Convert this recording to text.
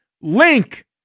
link